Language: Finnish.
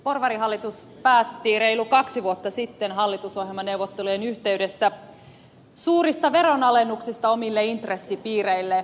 porvarihallitus päätti reilu kaksi vuotta sitten hallitusohjelmaneuvottelujen yhteydessä suurista veronalennuksista omille intressipiireilleen